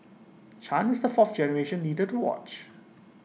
chan is the fourth generation leader to watch